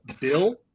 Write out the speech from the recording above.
Bill